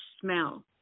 smell